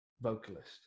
vocalist